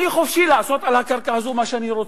אני חופשי לעשות על הקרקע הזאת מה שאני רוצה.